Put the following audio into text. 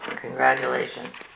congratulations